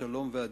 השלום והדין.